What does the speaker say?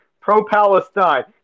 pro-Palestine